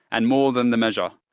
and more than the measure,